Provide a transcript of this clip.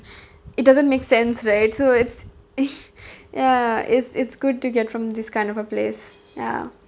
it doesn't make sense right so it's ya it's it's good to get from this kind of a place ya